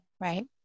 Right